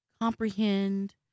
comprehend